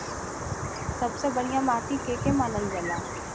सबसे बढ़िया माटी के के मानल जा?